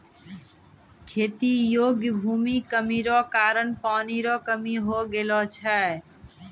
खेती योग्य भूमि कमी रो कारण पानी रो कमी हो गेलौ छै